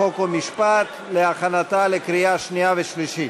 חוק ומשפט להכנתה לקריאה שנייה ושלישית.